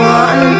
one